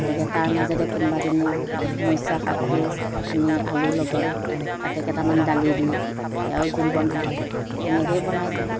গতিকে তাৰ মাজতে কোনোবাদিনা মৰিছা শাকটোও আনি আলু লগত তাতে কেইটামান দালি দি সেয়াও জোল বনাওঁ তেনেকৈও বনাই দিওঁ